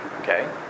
okay